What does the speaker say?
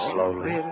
Slowly